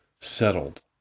settled